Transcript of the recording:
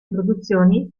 produzioni